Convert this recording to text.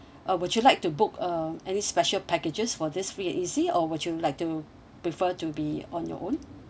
uh would you like to book uh any special packages for this free and easy or would you like to prefer to be on your own